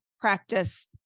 practice